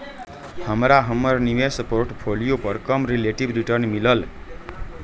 हमरा हमर निवेश पोर्टफोलियो पर कम रिलेटिव रिटर्न मिलल